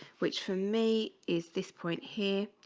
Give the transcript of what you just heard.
which for me is this point here?